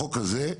החוק הזה,